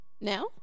Now